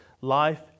Life